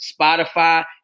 Spotify